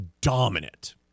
dominant